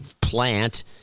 plant